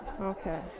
Okay